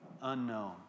unknown